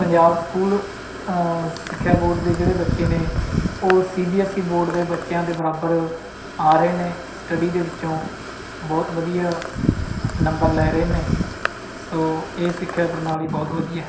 Punjab school ਸਿੱਖਿਆ board ਦੇ ਜਿਹੜੇ ਬੱਚੇ ਨੇ ਉਹ C B S E board ਦੇ ਬੱਚਿਆਂ ਦੇ ਬਰਾਬਰ ਆ ਰਹੇ ਨੇ ਸਟੱਡੀ ਦੇ ਵਿੱਚੋਂ ਬਹੁਤ ਵਧੀਆ ਨੰਬਰ ਲੈ ਰਹੇ ਨੇ ਸੋ ਇਹ ਸਿੱਖਿਆ ਪ੍ਰਣਾਲੀ ਬਹੁਤ ਵਧੀਆ ਹੈ